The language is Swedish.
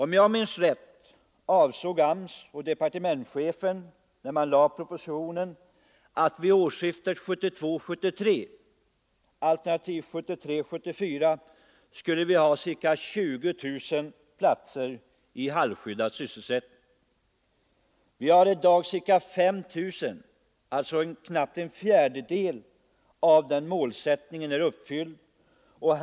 Om jag minns rätt avsåg AMS och departementschefen när propositionen framlades att vi vid årsskiftet 1972-1973, alternativt 1973-1974, skulle ha ca 20000 platser i halvskyddad sysselsättning. Vi har i dag ca 5 000 sådana platser. Knappt en fjärdedel av nämnda målsättning är alltså förverkligad.